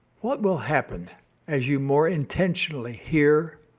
what will happen as you more intentionally hear,